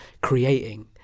creating